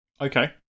Okay